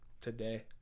today